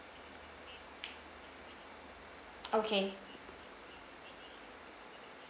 okay